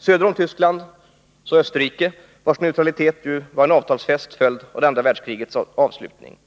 Söder om Tyskland ligger Österrike, vars neutralitet ju var en avtalsfäst följd av andra världskrigets avslutning.